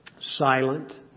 Silent